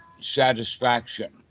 satisfaction